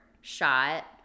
shot